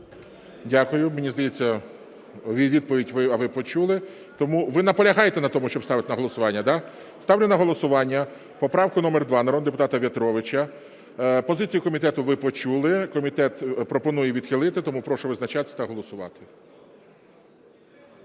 Дякую. Мені здається, відповідь ви почули, тому... Ви наполягаєте на тому, щоб ставити на голосування, да? Ставлю на голосування поправку номер 2 народного депутата В'ятровича. Позицію комітету ви почули, комітет пропонує відхилити. Тому прошу визначатись та голосувати.